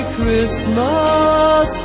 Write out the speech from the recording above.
Christmas